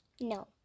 No